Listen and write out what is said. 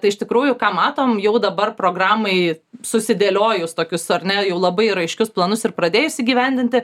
tai iš tikrųjų ką matom jau dabar programai susidėliojus tokius ar ne jau labai ir aiškius planus ir pradėjus įgyvendinti